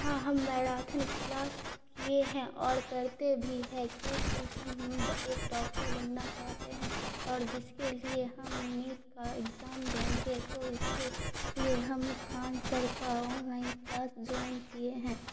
ہاں ہم marathon class کیے ہیں اور کرتے بھی ہے کیونکہ ہم ایک ڈاکٹر بننا چاہتے ہیں اور جس کے لیے ہم نیٹ کا ایگزام دیں گے تو اس کے لیے ہم خان سر کا آنلائن کلاس جوائن کیے ہیں